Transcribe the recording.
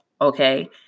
okay